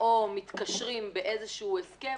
או מתקשרים בהסכם,